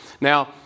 Now